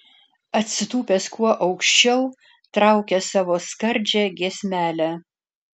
atsitūpęs kuo aukščiau traukia savo skardžią giesmelę